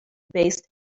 based